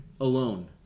Alone